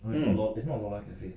hmm